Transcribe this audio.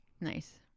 nice